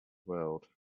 world